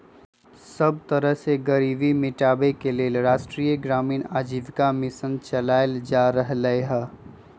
सब तरह से गरीबी मिटाबे के लेल राष्ट्रीय ग्रामीण आजीविका मिशन चलाएल जा रहलई ह